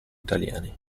italiani